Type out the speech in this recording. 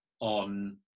on